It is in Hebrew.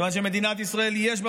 כיוון שמדינת ישראל,